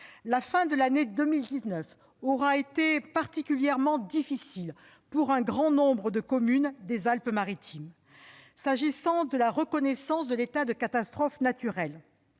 La fin de l'année 2019 aura été particulièrement difficile pour un grand nombre de communes de mon département. S'agissant de la reconnaissance de l'état de catastrophe naturelle,